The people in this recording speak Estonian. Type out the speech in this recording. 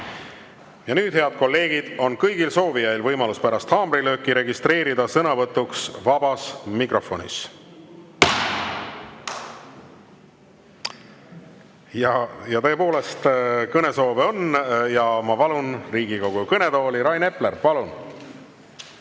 Nüüd, head kolleegid, on kõigil soovijail võimalus pärast haamrilööki registreeruda sõnavõtuks vabas mikrofonis. Ja tõepoolest kõnesoove on. Ma palun Riigikogu kõnetooli Rain Epleri. Palun!